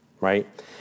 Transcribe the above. right